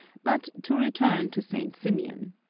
but to return to st. symeon.